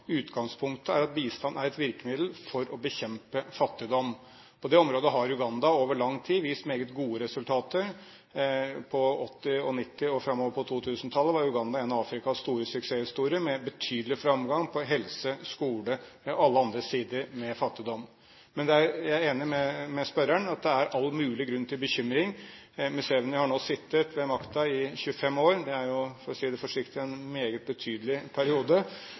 Utgangspunktet er at bistand er et virkemiddel for å bekjempe fattigdom. På det området har Uganda over lang tid vist meget gode resultater. På 1980-, 1990- og framover på 2000-tallet var Uganda en av Afrikas store suksesshistorier med betydelig framgang innen helse, skole og alle andre sider når det gjaldt fattigdom. Men jeg er enig med spørreren i at det er all grunn til bekymring. Museveni har nå sittet ved makten i 25 år. Det er jo, for å si det forsiktig, en meget betydelig periode.